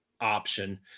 option